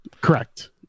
Correct